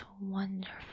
wonderful